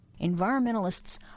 Environmentalists